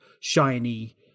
shiny